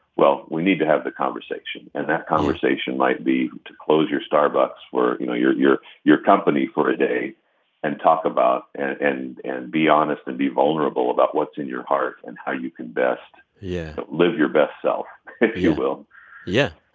well, we need to have the conversation. and that conversation might be to close your starbucks or, you know, your your company for a day and talk about and and be honest and be vulnerable about what's in your heart and how you can best. yeah. live your best self, if you will yeah.